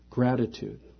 Gratitude